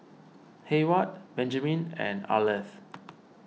Hayward Benjman and Arleth